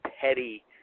petty